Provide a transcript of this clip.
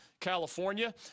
California